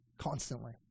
Constantly